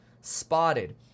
Spotted